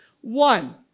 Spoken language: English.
one